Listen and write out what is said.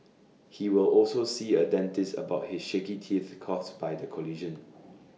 he will also see A dentist about his shaky teeth caused by the collision